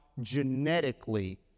genetically